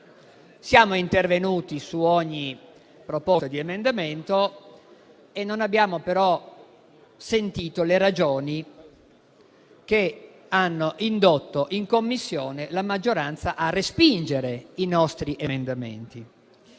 Siamo intervenuti su ogni proposta di emendamento e non abbiamo però sentito le ragioni che in Commissione hanno indotto la maggioranza a respingere i nostri emendamenti.